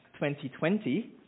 2020